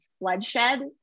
bloodshed